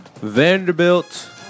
Vanderbilt